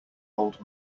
old